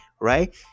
right